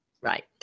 Right